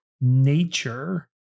Nature